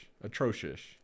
Atrocious